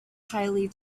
highly